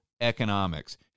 economics